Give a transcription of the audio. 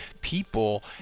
people